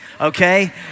okay